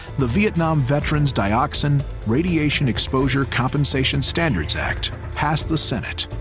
the vietnam veterans dioxin, radiation exposure compensation standards act passed the senate.